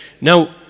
Now